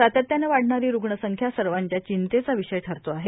सातत्याने वाढणारी रुग्ण संख्या सर्वाच्या चिंतेचा विषय ठरतो आहे